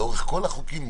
לאורך כל החוקים,